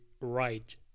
right